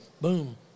boom